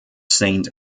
saint